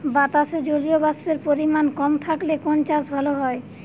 বাতাসে জলীয়বাষ্পের পরিমাণ কম থাকলে কোন চাষ ভালো হয়?